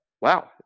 wow